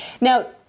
Now